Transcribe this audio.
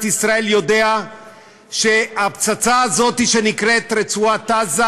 ישראל יודע שהפצצה הזאת שנקראת רצועת עזה,